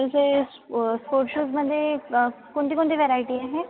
असे स्पोर्ट्स शूजमध्ये कोणतीकोणती व्हरायटी आहे